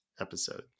episode